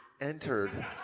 entered